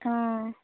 অঁ